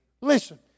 Listen